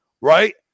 right